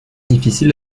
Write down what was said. difficile